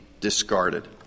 discarded